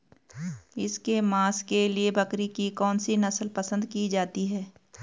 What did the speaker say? इसके मांस के लिए बकरी की कौन सी नस्ल पसंद की जाती है?